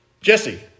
Jesse